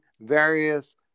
various